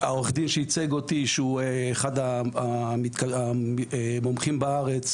עורך הדין שייצג אותי שהוא אחד המומחים בארץ,